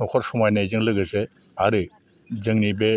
न'खर समायनायजों लोगोसे आरो जोंनि बे